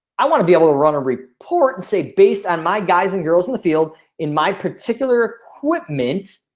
i wanna be able to run a report and say based on my guys and girls in the field in my particular equipment.